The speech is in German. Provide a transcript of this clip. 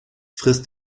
frisst